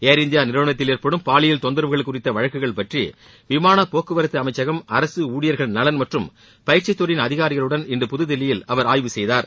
ஏர் India நிறுவனத்தில் ஏற்படும் பாலியல் தொந்தரவுகள் குறித்த வழக்குகள் பற்றி விமான போக்குவரத்து அமைச்சகம் அரசு ஊழியர்கள் நலன் மற்றும் பயிற்சி துறையின் அதிகாரிகளுடன் இன்று புதுதில்லியில் இன்று அவர் ஆய்வு செய்தார்